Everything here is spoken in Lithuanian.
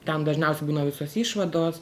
ten dažniausiai būna visos išvados